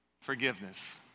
Forgiveness